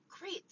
great